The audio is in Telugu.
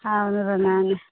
అవునురా నాని